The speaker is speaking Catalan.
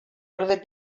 ordes